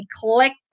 click